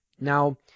now